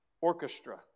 orchestra